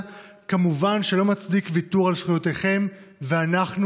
כמובן שלא מצדיק ויתור על זכויותיכם,